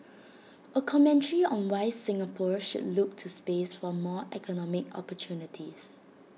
A commentary on why Singapore should look to space for more economic opportunities